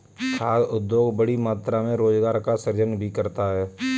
खाद्य उद्योग बड़ी मात्रा में रोजगार का सृजन भी करता है